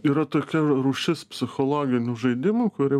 yra tokia rūšis psichologinių žaidimų kuri